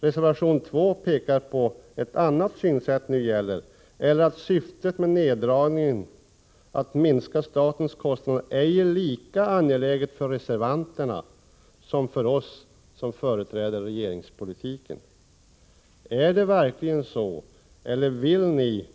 Reservation 2 pekar på att ett annat synsätt nu gäller — eller att syftet med neddragningen, att minska statens kostnader, ej är lika angeläget för reservanterna som för oss som företräder regeringspolitiken. Är det verkligen så, eller vill ni